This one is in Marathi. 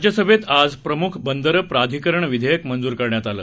राज्यसभेतआजप्रमुखबंदरंप्राधिकरणविधेयकमंजूरकरण्यातआलं